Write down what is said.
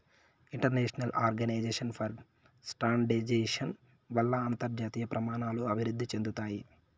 international organization for standardization వల్ల అంతర్జాతీయ ప్రమాణాలు అభివృద్ధి చెందుతాయి